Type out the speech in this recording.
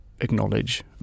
acknowledge